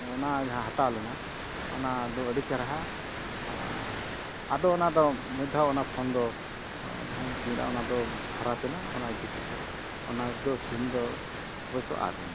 ᱚᱱᱟ ᱡᱟᱦᱟᱸ ᱦᱟᱛᱟᱣ ᱞᱮᱱᱟ ᱚᱱᱟ ᱫᱚ ᱟᱹᱰᱤ ᱪᱮᱨᱦᱟ ᱟᱨ ᱟᱫᱚ ᱚᱱᱟ ᱫᱚ ᱢᱤᱫ ᱫᱷᱟᱣ ᱚᱱᱟ ᱯᱷᱳᱱ ᱫᱚ ᱡᱟᱦᱟᱧ ᱤᱫᱤ ᱞᱮᱜᱼᱟ ᱚᱱᱟ ᱫᱚ ᱠᱷᱟᱨᱟᱯ ᱮᱱᱟ ᱚᱱᱟ ᱤᱫᱤ ᱠᱟᱛᱮᱫ ᱚᱱᱟ ᱫᱚ ᱥᱤᱱ ᱫᱚ ᱡᱚᱛᱚ ᱟᱫ ᱮᱱᱟ